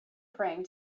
praying